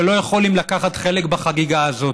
שלא יכולים לקחת חלק בחגיגה הזאת.